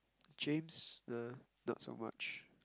James uh not so much